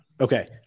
Okay